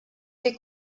ses